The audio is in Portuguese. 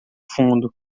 fundo